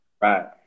Right